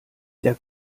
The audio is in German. der